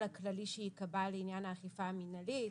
הכללי שייקבע לעניין האכיפה המנהלית.